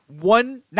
one